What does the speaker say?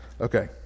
Okay